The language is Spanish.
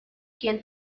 quien